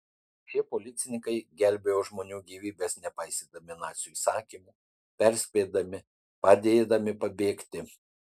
šie policininkai gelbėjo žmonių gyvybes nepaisydami nacių įsakymų perspėdami padėdami pabėgti